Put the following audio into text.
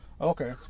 okay